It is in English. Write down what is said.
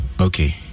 okay